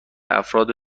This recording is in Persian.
افراد